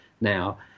now